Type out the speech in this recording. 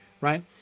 right